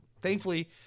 thankfully